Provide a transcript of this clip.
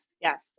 yes